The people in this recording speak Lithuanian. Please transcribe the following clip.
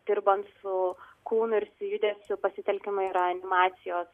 dirbant su kūnu ir su judesiu pasitelkiama yra animacijos